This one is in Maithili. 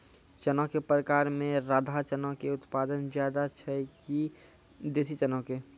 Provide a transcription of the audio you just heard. चना के प्रकार मे राधा चना के उत्पादन ज्यादा छै कि देसी चना के?